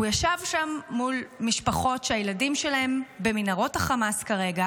הוא ישב שם מול משפחות שהילדים שלהן במנהרות חמאס כרגע